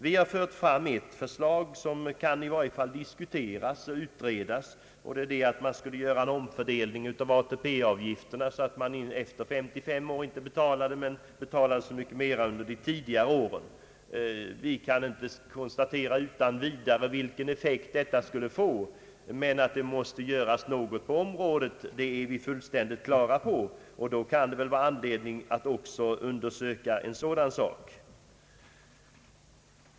Vi har lagt fram ett förslag, som i varje fall kan diskuteras och utredas, nämligen att vi skulle göra en omfördelning av ATP-avgifterna så att man för anställda över 55 års ålder inte betalade ATP-avgift men erlade så mycket mera under de tidigare åren. Vi kan inte utan vidare konstatera vilken effekt detta skulle få, men vi är fullständigt på det klara med att någonting måste göras på detta område. Då kan det väl vara anledning att också undersöka en sådan sak.